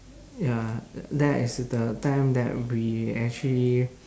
ya that is the time that we actually